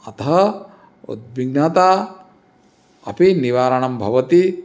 अतः उद्भिन्नता अपि निवारणं भवति